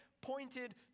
pointed